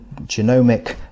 Genomic